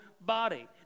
body